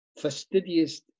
fastidious